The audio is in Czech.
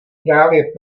právě